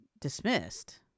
dismissed